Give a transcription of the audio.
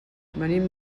venim